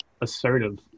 assertive